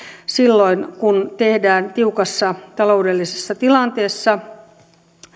silloin kun tehdään tiukassa taloudellisessa tilanteessa